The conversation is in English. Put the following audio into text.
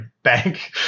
bank